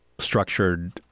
structured